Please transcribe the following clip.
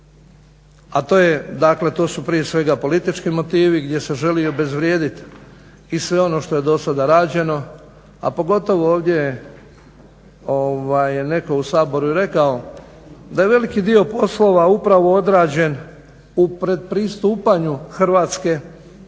a to su dakle prije svega političkim motivi gdje se želi obezvrijedit i sve ono što je dosada rađeno, a pogotovo ovdje neko u Saboru i rekao da je veliki dio poslova upravo određen u pretpristupanju Hrvatske EU.